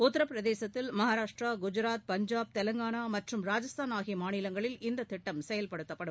உத்தரபிரதேசத்தில் மகாராஷ்ட்ரா குஐராத் பஞ்சாப் தெலுங்கானா மற்றும் ராஜஸ்தான் ஆகிய மாநிலங்களில் இந்த திட்டம் செயல்படுத்தப்படும்